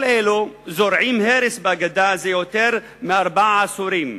כל אלה זורעים הרס בגדה זה יותר מארבעה עשורים,